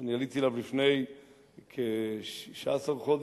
אני עליתי אליו לפני כ-16 חודש,